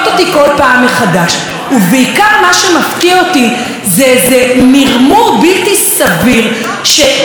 ובעיקר מה שמפתיע אותי זה איזה מרמור בלתי סביר שמזמזם פה כל הזמן,